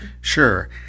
Sure